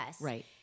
Right